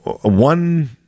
one